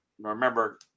remember